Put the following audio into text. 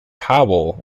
powell